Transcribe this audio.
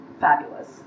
fabulous